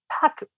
pack